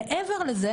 מעבר לזה,